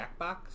Jackbox